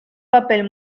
papel